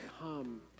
come